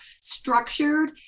structured